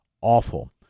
awful